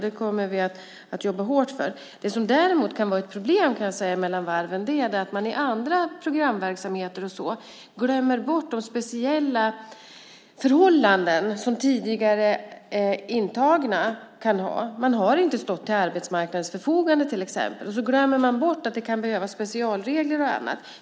Det kommer vi att jobba hårt för. Det som däremot kan vara ett problem mellan varven är att man i andra programverksamheter glömmer bort de speciella förhållanden som tidigare intagna kan ha. De har inte stått till arbetsmarknadens förfogande till exempel. Då glöms det bort att det kan behövas specialregler och annat.